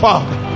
Father